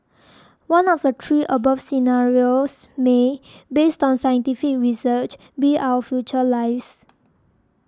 one of the three above scenarios may based on scientific research be our future lives